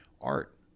art